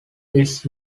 its